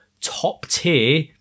top-tier